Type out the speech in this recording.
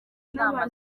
inama